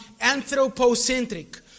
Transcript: anthropocentric